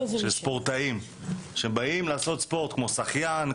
של ספורטאים שבאים לעשות ספורט - כמו שחיין,